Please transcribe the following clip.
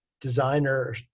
designer